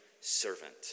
servant